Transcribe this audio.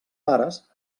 pares